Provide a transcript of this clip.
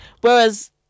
Whereas